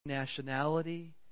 nationality